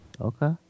Okay